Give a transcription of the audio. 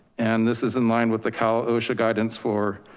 and this is in line with the cal osha guidance for